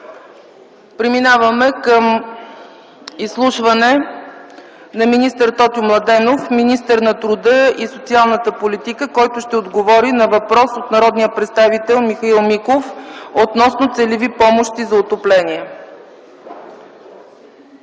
Преминаваме към изслушване на министър Тотю Младенов- министър на труда и социалната политика, който ще отговори на въпрос от народния представител Михаил Миков относно целеви помощи за отопление.